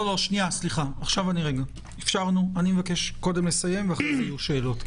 אני מבקש קודם לסיים ואז שאלות.